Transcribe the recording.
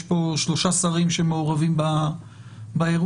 יש פה שלושה שרים שמעורבים באירוע.